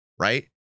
Right